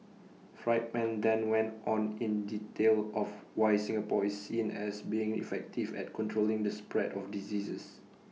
Friedman then went on in detail of why Singapore is seen as being effective at controlling the spread of diseases